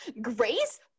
Grace